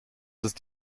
ist